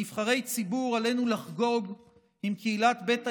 כנבחרי ציבור עלינו לחגוג עם קהילת ביתא